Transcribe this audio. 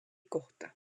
kohta